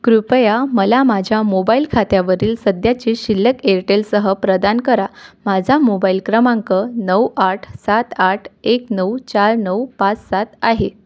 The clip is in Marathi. कृपया मला माझ्या मोबाईल खात्यावरील सध्याचे शिल्लक एअरटेलसह प्रदान करा माझा मोबाईल क्रमांक नऊ आठ सात आठ एक नऊ चार नऊ पाच सात आहे